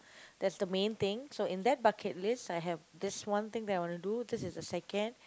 that's the main thing so in that bucket list I have this one thing that I want to do this is the second